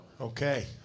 Okay